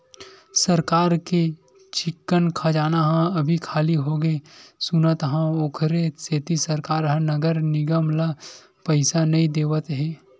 सरकार के चिक्कन खजाना ह अभी खाली होगे सुनत हँव, ओखरे सेती सरकार ह नगर निगम ल पइसा नइ देवत हे